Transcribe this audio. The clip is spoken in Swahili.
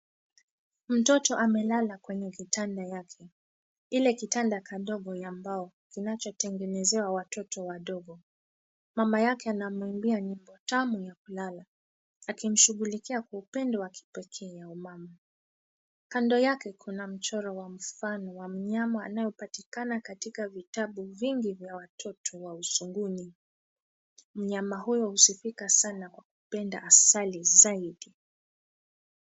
Mtoto amelala kwenye kitanda yake. ile kitanda kadogo ya mbao kinachotengenezewa watoto wadogo. Mama yake anamwimbia nyimbo tamu ya kulala, akimshuglikia kwa upendo wa kipekee ya wamama .Kando yake kuna mchoro wa mfano wa mnyama anayepatikana katika vitabu vingi ya watoto wa usuguni. Mnyama huyu husifika Sana Kwa kupenda asali zaidi.